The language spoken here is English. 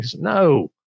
No